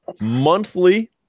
monthly